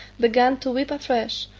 began to weep afresh,